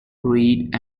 reed